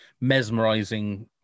mesmerizing